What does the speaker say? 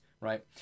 right